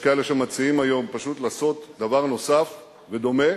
יש כאלה שמציעים היום פשוט לעשות דבר נוסף ודומה